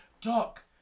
Doc